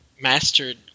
mastered